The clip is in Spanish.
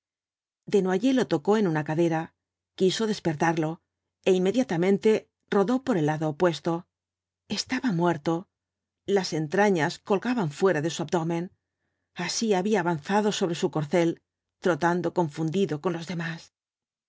desnoyers lo tocó en una cadera quiso despertarlo é inmediatamente rodó por el lado opuesto estaba muerto las entrañas colgaban fuera de su abdomen así había avanzado sobre su corcel trotando confundido con los demás